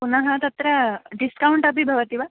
पुनः तत्र डिस्कौण्ट् अपि भवति वा